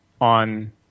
on